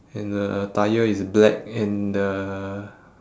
and the tyre is black and the